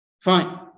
Fine